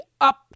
up